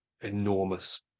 enormous